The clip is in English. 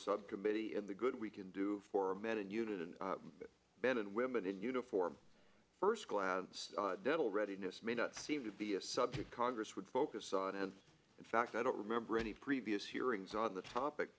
subcommittee in the good we can do for men and unit and ben and women in uniform first glance dental readiness may not seem to be a subject congress would focus on and in fact i don't remember any previous hearings on the topic